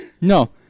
no